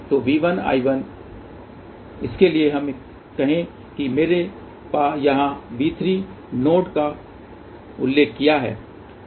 तो V1 I1 इसके लिए हम यह कहें कि मैंने यहाँ V3 नोड का उल्लेख किया है